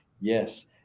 Yes